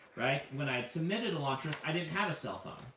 when i had submitted elantris, i didn't have a cell phone.